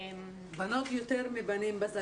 בנות יותר מבנים בזכאות.